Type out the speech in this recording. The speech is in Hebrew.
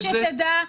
רק שתדע,